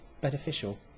beneficial